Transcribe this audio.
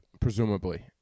presumably